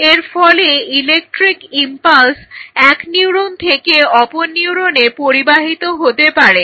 এর ফলে electric impulse এক নিউরোন থেকে অপর নিউরোনে পরিবাহিত হতে পারে